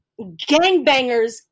gangbangers